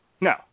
No